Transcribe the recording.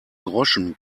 groschen